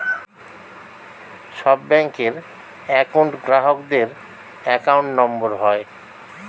সব ব্যাঙ্কের একউন্ট গ্রাহকদের অ্যাকাউন্ট নম্বর হয়